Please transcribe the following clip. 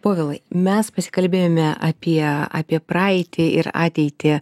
povilai mes pasikalbėjome apie apie praeitį ir ateitį